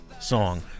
Song